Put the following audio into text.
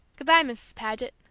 good-bye, mrs. paget,